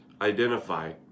identify